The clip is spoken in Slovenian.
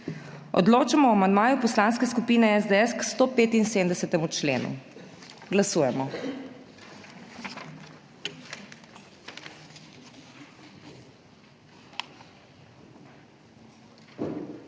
odločamo o amandmaju Poslanske skupine SDS k 21. členu. Glasujemo.